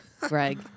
Greg